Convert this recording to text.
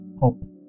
hope